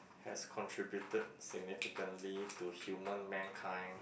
has contributed significantly to human mankind